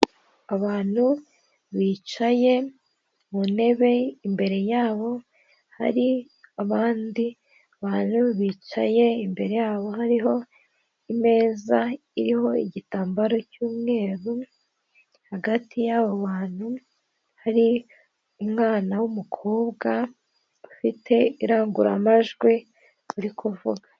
Abantu bicaye mu ntebe, imbere y'abo hari abandi bantu bicaye, imbere y'abo hariho imeza iriho igitambaro cy'umweru, hagati y'abo bantu hari umwana w'umukobwa ufite indangururamajwi uri kuvuga.